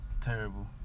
terrible